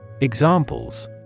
Examples